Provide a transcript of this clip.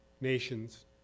nations